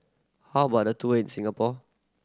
how about the tour in Singapore